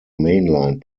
mainline